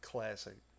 Classic